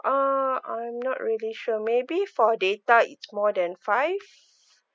uh I'm not really sure maybe for data it's more than five